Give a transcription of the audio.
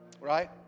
right